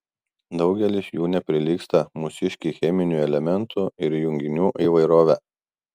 daugelis jų neprilygsta mūsiškei cheminių elementų ir junginių įvairove